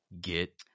get